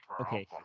Okay